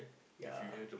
ya